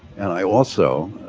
and i also